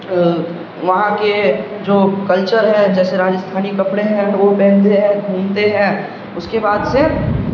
وہاں کے جو کلچر ہیں جیسے راستھانی کپڑے ہیں وہ پہنتے ہیں گھومتے ہیں اس کے بعد سے